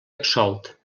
absolt